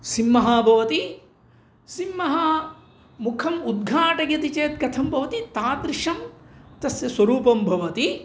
सिंहः भवति सिंहः मुखम् उद्घाटयति चेत् कथं भवति तादृशं तस्य स्वरूपं भवति